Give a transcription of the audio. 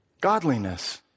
Godliness